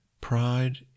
Pride